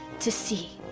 to see,